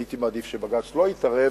הייתי מעדיף שבג"ץ לא יתערב,